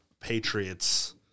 Patriots